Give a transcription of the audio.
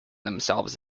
themselves